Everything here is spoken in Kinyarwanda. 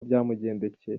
byamugendekeye